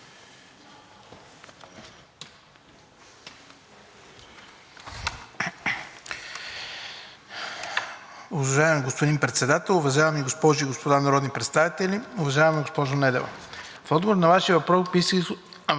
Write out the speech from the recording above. Уважаеми господин Председател, уважаеми госпожи и господа народни представители! Уважаеми господин Николов, в отговор на Вашия въпрос бих искал